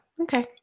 Okay